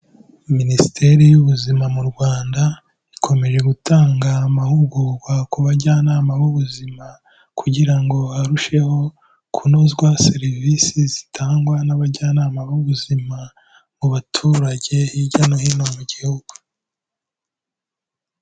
Minisiteri y'Ubuzima mu Rwanda, ikomeje gutanga amahugurwa ku bajyanama b'ubuzima kugira ngo harusheho kunozwa serivisi zitangwa n'abajyanama b'ubuzima, mu baturage hirya no hino mu gihugu.